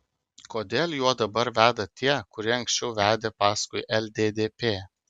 kodėl juo dabar veda tie kurie anksčiau vedė paskui lddp